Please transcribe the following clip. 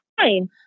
fine